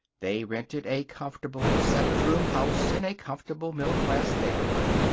they rented a comfortable, seven-room house in a comfortable, middle-class neighborhood,